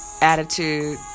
attitude